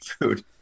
food